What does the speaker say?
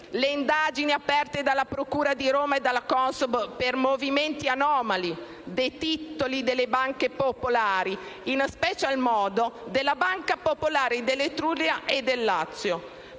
le indagini aperte dalla procura di Roma e dalla CONSOB per movimenti anomali dei titoli delle banche popolari, in special modo della Banca popolare dell'Etruria e del Lazio;